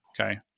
Okay